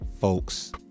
folks